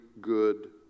good